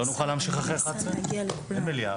הוא נכנס דרך המזנונים.